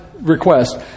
request